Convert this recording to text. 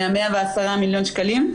מה-110 מיליון שקלים?